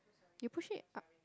you push it up